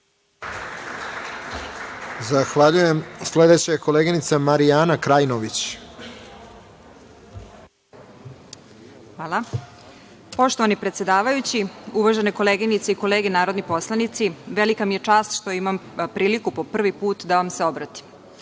Zahvaljujem. Sledeća je koleginica Marijana Krajnović. **Marijana Krajnović** Hvala. Poštovani predsedavajući, uvažene koleginice i kolege narodni poslanici, velika mi je čast što imam priliku po prvi put da vam se obratim. Moram,